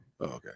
okay